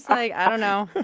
i don't know.